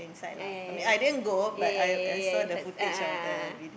ya ya ya ya ya ya ya ya a'ah a'ah a'ah